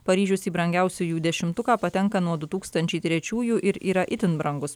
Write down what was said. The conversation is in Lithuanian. paryžius į brangiausiųjų dešimtuką patenka nuo du tūkstančiai trečiųjų ir yra itin brangus